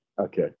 Okay